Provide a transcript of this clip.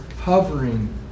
hovering